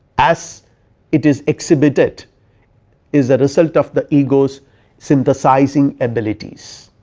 as it is exhibited is the result of the egos synthesizing abilities.